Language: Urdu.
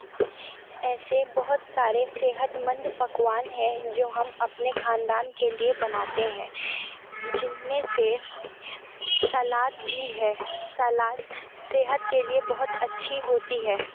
ایسے بہت سارے صحتمند پکوان ہیں جو ہم اپنے خاندان کے لیے بناتے ہیں جن میں سے سلاد بھی ہے سلاد صحت کے لیے بہت اچھی ہوتی ہے